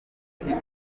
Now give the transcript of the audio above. usigaye